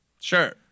Sure